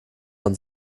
von